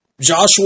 Joshua